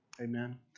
Amen